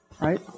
right